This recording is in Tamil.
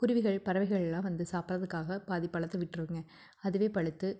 குருவிகள் பறவைகள்லாம் வந்து சாப்பிட்றதுக்காக பாதிப் பழத்தை விட்டுருவங்க அதுவே பழுத்து